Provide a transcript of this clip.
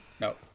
No